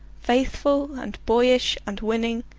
faithful and boyish and winning,